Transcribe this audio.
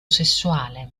sessuale